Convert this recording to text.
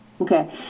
okay